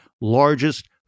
largest